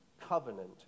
covenant